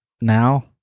now